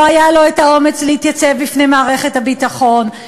לא היה לו אומץ להתייצב בפני מערכת הביטחון,